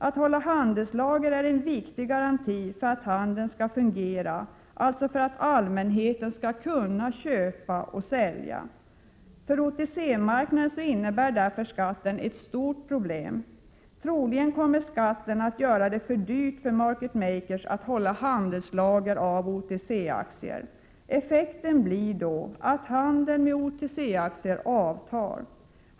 Att hålla handelslager är en viktig garanti för att handeln skall kunna fungera, alltså för att allmänheten alltid skall kunna köpa och sälja. För OTC-marknaden innebär därför skatten ett stort problem. Troligen kommer skatten att göra det för dyrt för market makers att hålla handelslager av OTC-aktier. Effekten blir då att handeln med OTC-aktier avtar.